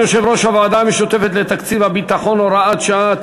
יושב-ראש הוועדה המשותפת לתקציב הביטחון) (הוראת שעה),